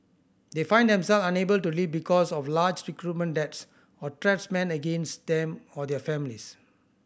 they find themselves unable to leave because of large recruitment debts or threats man against them or their families